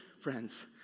friends